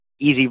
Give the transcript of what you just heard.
easy